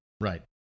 Right